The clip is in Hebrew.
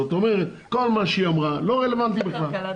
זאת אומרת שכל מה שהיא אמרה לא רלוונטי בכלל.